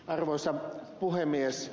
arvoisa puhemies